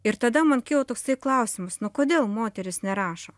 ir tada man kilo toksai klausimas kodėl moterys nerašo